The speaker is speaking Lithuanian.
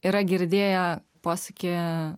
yra girdėję posakį